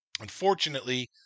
Unfortunately